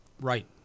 right